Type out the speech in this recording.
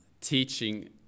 teaching